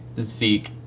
Zeke